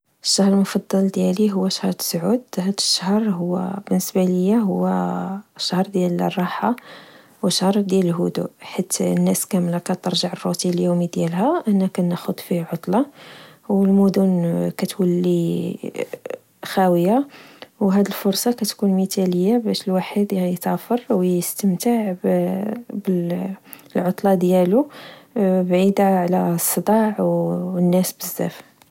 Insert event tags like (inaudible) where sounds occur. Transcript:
الشهر المفضل ديالي هو شهر تسعود، هاد الشهر هو بالنسبة ليا هو شهر ديال الراحة وشهر ديال الهدوء. حيث الناس كاملة كترجع لروتين اليومي ديالها، أنا كناخد فيه عطلة، والمدن كتولي (hesitation) خاوية، وهاد الفرصة كتكون مثالية باش الواحد يسافر وستمتع (hesitation) بالعطلة ديالو بعدا على الصداع والناس بزاف